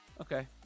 okay